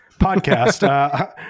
Podcast